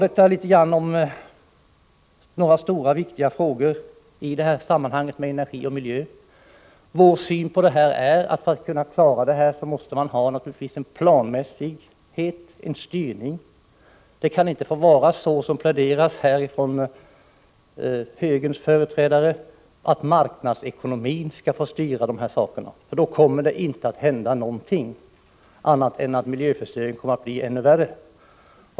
Detta var några stora och viktiga frågor när det gäller energi och miljö. För att kunna klara detta måste regeringen ha en plan och en styrning. Det får inte vara så som pläderas från högerns företrädare att marknadsekonomin skall få styra. Då kommer det inte att hända någonting annat än att miljöförstöringen blir ännu värre.